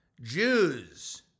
Jews